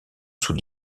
sous